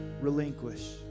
relinquish